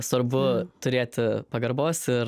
svarbu turėti pagarbos ir